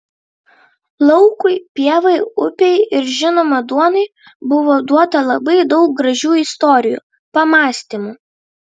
laukui pievai upei ir žinoma duonai buvo duota labai daug gražių istorijų pamąstymų